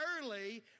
early